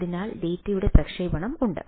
അതിനാൽ ഡാറ്റയുടെ പ്രക്ഷേപണം ഉണ്ട്